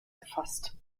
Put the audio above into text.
gefasst